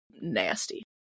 nasty